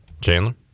Chandler